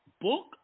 Book